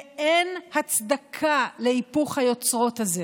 ואין הצדקה להיפוך היוצרות הזה.